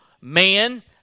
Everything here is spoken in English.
man